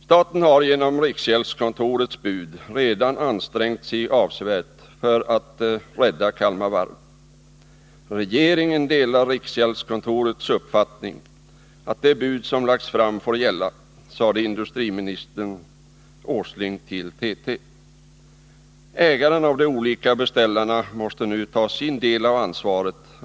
— Staten har genom riksgäldskontorets bud redan ansträngt sig avsevärt för att rädda Kalmar Varv. Regeringen delar riksgäldskontorets uppfattning att det bud som lagts fram får gälla, sade industriminister Åsling till TT. — Ägaren och de olika beställarna måste nu ta sin del av ansvaret.